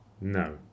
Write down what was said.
No